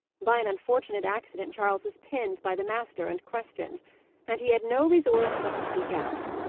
by an unfortunate accident charles was pinned by the master, and questioned and he had no resource but to speak out.